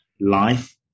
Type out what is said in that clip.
life